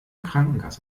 krankenkasse